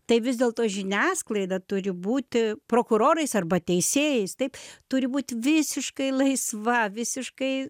tai vis dėlto žiniasklaida turi būti prokurorais arba teisėjais taip turi būt visiškai laisva visiškai